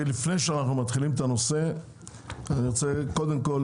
לפני שאנחנו מתחילים, אני קודם כל